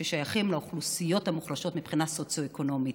ששייכים לאוכלוסיות המוחלשות מבחינה סוציו-אקונומית.